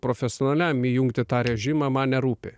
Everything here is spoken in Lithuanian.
profesionaliam įjungti tą režimą man nerūpi